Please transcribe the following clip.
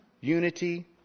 Unity